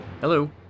Hello